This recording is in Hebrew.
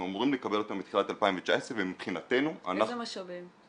אנחנו אמורים לקבל אותם בתחילת 2019 ומבחינתנו אנחנו -- איזה משאבים?